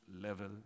level